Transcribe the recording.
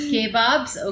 Kebabs